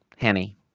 Hanny